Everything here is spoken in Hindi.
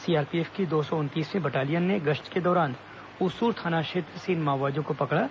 सीआरपीएफ की दो सौ उनतीसवीं बटालियन ने गश्त के दौरान उसूर थाना क्षेत्र से इन माओवादियों को पकड़ा